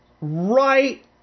right